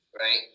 right